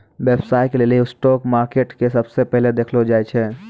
व्यवसाय के लेली स्टाक मार्केट के सबसे पहिलै देखलो जाय छै